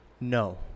No